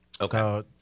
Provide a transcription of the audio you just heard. Okay